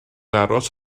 aros